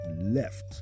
left